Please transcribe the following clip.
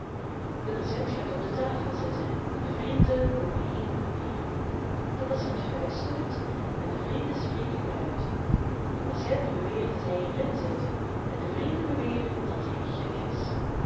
de patiënt gaat op de tafel zitten en de vrienden loopen heen en weer de patiënt fluistert en de vrienden spreken luid de patiënt beweert dat hij er in zit en de vrienden beweren dat hij gek is